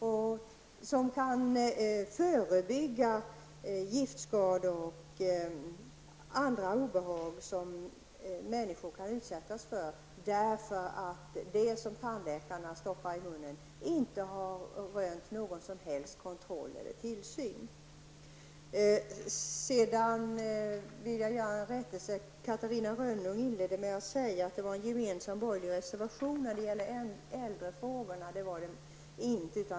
Det gäller att förebygga giftskador och andra obehag som människor kan utsättas för, därför att det som tandläkarna stoppar i munnen inte har varit föremål för någon som helst kontroll eller tillsyn. Sedan en rättelse. Catarina Rönnung inledde med att beträffande äldrefrågorna säga att det rörde sig om en gemensam borgerlig reservation. Det var det inte.